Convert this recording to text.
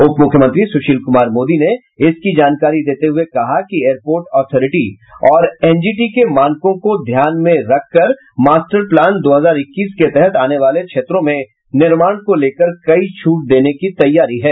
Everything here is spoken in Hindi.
उपमुख्यमंत्री सुशील कुमार मोदी ने इसकी जानकारी देते हुये कहा कि एयरपोर्ट ऑथोरिटी और एनजीटी के मानकों को ध्यान में रखते हुये मास्टर प्लान दो हजार इक्कीस के तहत आने वाले क्षेत्रों में निर्माण को लेकर कई छूट देने की तैयारी है